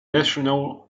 national